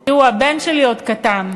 תראו, הבן שלי עוד קטן,